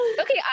Okay